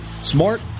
smart